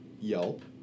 Yelp